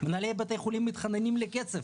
מנהלי בתי חולים מתחננים לכסף,